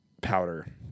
powder